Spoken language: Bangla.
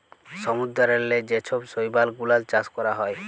সমুদ্দূরেল্লে যে ছব শৈবাল গুলাল চাষ ক্যরা হ্যয়